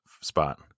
spot